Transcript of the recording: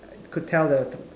could tell the